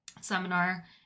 seminar